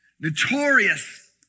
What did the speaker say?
notorious